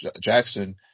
Jackson